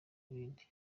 n’ibindi